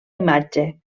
imatge